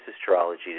astrology